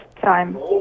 time